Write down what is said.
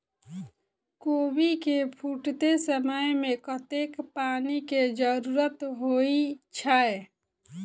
कोबी केँ फूटे समय मे कतेक पानि केँ जरूरत होइ छै?